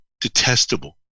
detestable